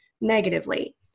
negatively